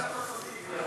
רוצים לתת לו תיק.